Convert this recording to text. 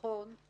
צהריים טובים.